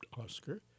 Oscar